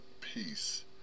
peace